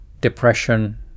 depression